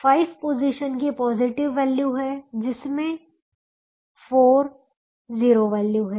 5 position की positive value है जिसमें से 4 0 वैल्यू है